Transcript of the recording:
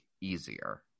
easier